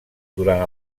durant